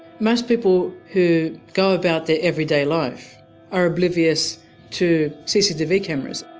most people who go about their everyday life are oblivious to cctv cameras.